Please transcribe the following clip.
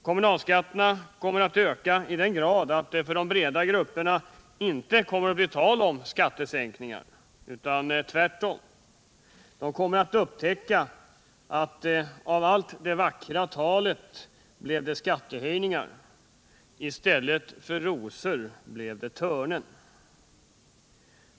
Kommunalskatterna kommer att öka i sådan grad att det för de breda grupperna inte blir tal om skattesänkningar utan tvärtom; de kommer att upptäcka att av allt det vackra talet blev det skattehöjningar. I stället för rosor blev det törnen.